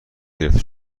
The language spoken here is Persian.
گرفته